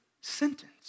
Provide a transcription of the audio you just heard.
sentence